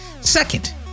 Second